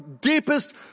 deepest